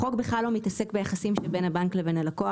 החוק בכלל לא מתעסק ביחסים שבין הבנק לבין הלקוח,